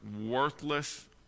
worthless